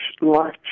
life